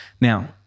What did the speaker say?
Now